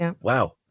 Wow